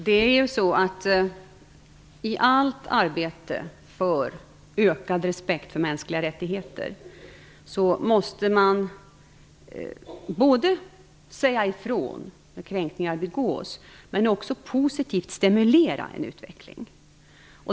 Fru talman! I allt arbete för ökad respekt för mänskliga rättigheter måste man både säga ifrån när kränkningar begås och också positivt stimulera en utveckling.